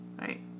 Right